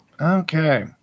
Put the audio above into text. Okay